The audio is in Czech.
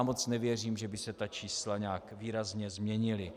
Moc nevěřím, že by se čísla nějak výrazně změnila.